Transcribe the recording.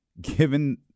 given